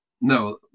No